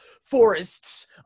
forests